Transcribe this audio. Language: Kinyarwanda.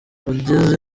ageze